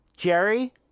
Jerry